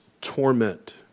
torment